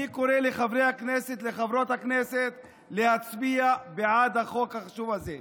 אני קורא לחברי הכנסת ולחברות הכנסת להצביע בעד החוק החשוב הזה.